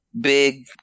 big